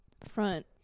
front